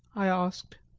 i asked.